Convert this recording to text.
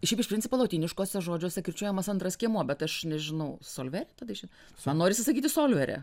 šiaip iš principo lotyniškose žodžiuose kirčiuojamas antras skiemuo bet aš nežinau solvere tada išeina man norisi sakyti solvere